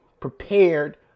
prepared